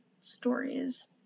stories